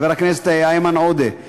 חבר הכנסת איימן עודה,